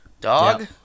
dog